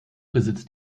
besitzt